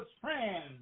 friends